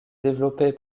développé